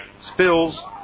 Spills